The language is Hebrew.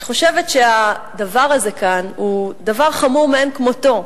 אני חושבת שהדבר הזה הוא דבר חמור מאין כמותו.